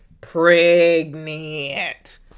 pregnant